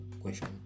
question